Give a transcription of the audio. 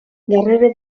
darrere